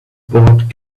bought